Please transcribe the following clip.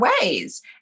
ways